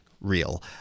Real